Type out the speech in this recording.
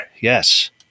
Yes